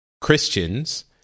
Christians